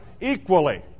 equally